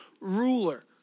ruler